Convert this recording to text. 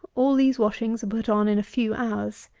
all these washings are put on in a few hours.